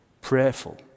prayerful